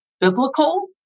biblical